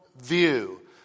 view